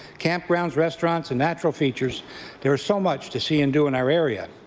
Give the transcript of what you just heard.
camp grounds, restaurants and natural features there is so much to see and do in our area.